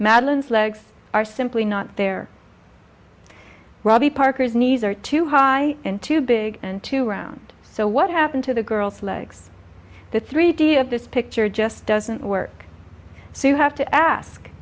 madeline's legs are simply not there robbie parker's knees are too high in too big and too round so what happened to the girl's legs the three d of this picture just doesn't work so you have to ask